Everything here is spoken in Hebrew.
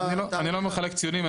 אני לא מחלק ציונים.